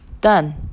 done